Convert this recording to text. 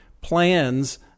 plans